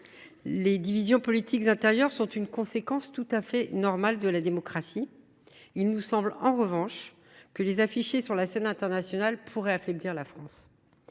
Les divisions politiques intérieures sont une conséquence tout à fait normale de la démocratie ; en revanche, il nous semble que les afficher sur la scène internationale pourrait affaiblir la France.